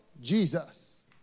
Jesus